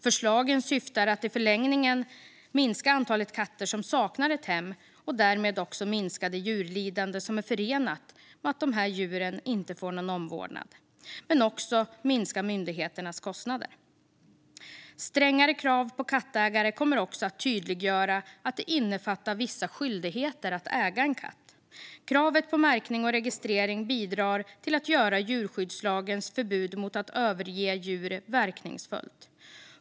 Förslagen syftar i förlängningen till att minska antalet katter som saknar ett hem och därmed minska det djurlidande som är förenat med att dessa djur inte får någon omvårdnad. Det handlar också om att minska myndigheternas kostnader. Strängare krav på kattägare kommer att tydliggöra att det innefattar vissa skyldigheter att äga en katt. Kravet på märkning och registrering bidrar också till att göra djurskyddslagens förbud mot att överge djur verkningsfullt.